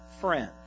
friend